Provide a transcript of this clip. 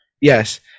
yes